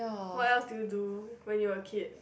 what else do you do when you were a kid